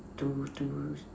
to to